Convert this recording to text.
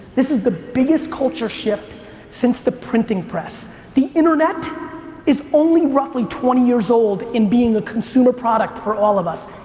this is the biggest culture shift since the printing press. the internet is only roughly twenty years old in being a consumer product for all of us.